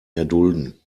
erdulden